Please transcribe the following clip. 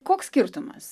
koks skirtumas